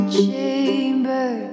chamber